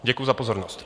Děkuji za pozornost.